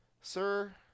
sir